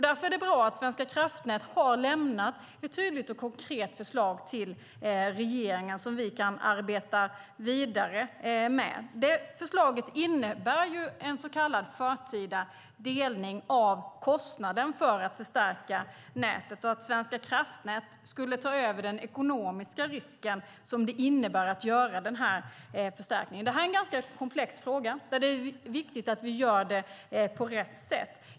Därför är det bra att Svenska kraftnät har lämnat ett tydligt och konkret förslag till regeringen som vi kan arbeta vidare med. Det förslaget innebär ju en så kallad förtida delning av kostnaden för att förstärka nätet och att Svenska kraftnät skulle ta över den ekonomiska risk som det innebär att göra den här förstärkningen. Det här är en ganska komplex fråga, där det är viktigt att vi gör på rätt sätt.